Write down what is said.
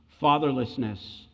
fatherlessness